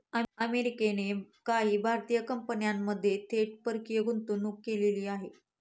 अमेरिकेने काही भारतीय कंपन्यांमध्ये थेट परकीय गुंतवणूक केलेली आहे